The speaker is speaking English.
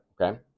okay